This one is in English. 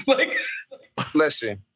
Listen